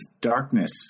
darkness